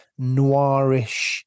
noirish